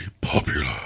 popular